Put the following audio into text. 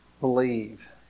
believe